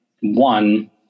one